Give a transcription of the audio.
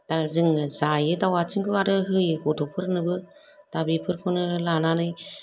दा जोङो जायो दाउ आथिंखौ आरो होयो गथ'फोरनोबो दा बेफोरखौनो लानानै